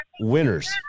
winners